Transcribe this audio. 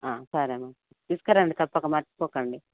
సరేను తీసుకురండి తప్పక మర్చిపోకండి